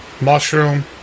mushroom